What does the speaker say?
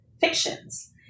fictions